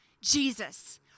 Jesus